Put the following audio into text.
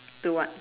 to what